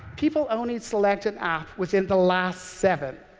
people only select an app within the last seven.